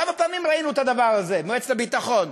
כמה פעמים ראינו את הדבר הזה במועצת הביטחון?